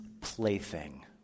plaything